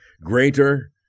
Greater